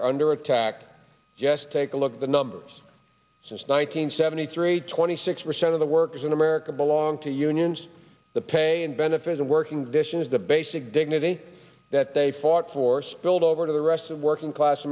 are under attack just take a look at the numbers since nine hundred seventy three twenty six percent of the workers in america belong to unions the pay and benefits of working vission is the basic dignity that they fought for spilled over to the rest of working class